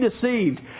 deceived